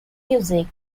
music